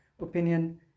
opinion